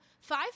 five